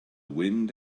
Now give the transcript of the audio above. wind